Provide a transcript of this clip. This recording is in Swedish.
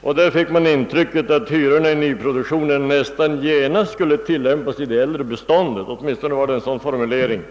och av den fick man intrycket att hyrorna i nyproduktionen nästan genast skulle tillämpas i det äldre beståndet; åtminstone fanns det en sådan formulering.